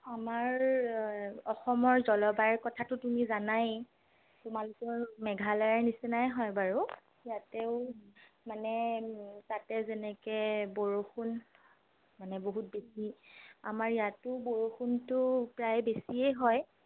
আমাৰ অসমৰ জলবায়ুৰ কথাটো তুমি জানাই তোমালোকৰ মেঘালয়ৰ নিচিনাই হয় বাৰু ইয়াতেও মানে তাতে যেনেকে বৰষুণ মানে বহুত বেছি আমাৰ ইয়াতো বৰষুণটো প্ৰায় বেছিয়েই হয়